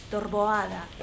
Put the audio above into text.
Torboada